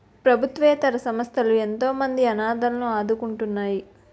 ప్రభుత్వేతర సంస్థలు ఎంతోమంది అనాధలను ఆదుకుంటున్నాయి